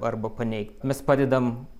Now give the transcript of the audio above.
arba paneigt mes padedam